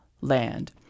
land